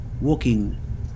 Walking